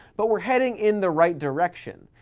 but we're heading in the right direction.